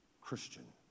Christian